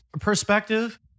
perspective